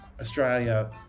Australia